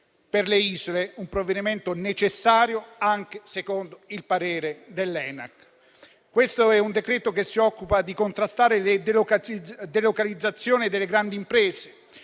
con le isole. Un provvedimento necessario anche secondo il parere dell'ENAC. Questo è un decreto che si occupa di contrastare le delocalizzazioni delle grandi imprese,